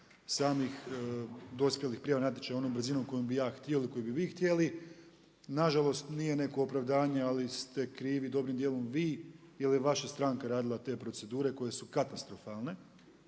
samih dospjelih …/Govornik se ne razumije./… onom brzinom kojom bih ja htio ili koju bi vi htjeli. Nažalost nije neko opravdanje ali ste krivi dobrim dijelom vi jer je vaša stranka radila te procedure koje su katastrofalne,